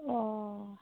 ᱚᱻ